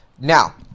Now